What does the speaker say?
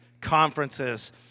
conferences